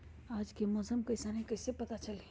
आज के मौसम कईसन हैं कईसे पता चली?